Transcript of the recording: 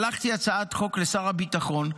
שלחתי הצעת חוק לשר הביטחון,